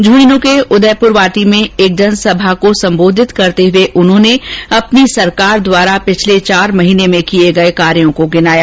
झुंझुनू के उदयपुरवाटी में एक जनसभा को संबोधित करते हुए उन्होंने अपनी सरकार द्वारा पिछले चार माह में किए कामों को भी गिनाया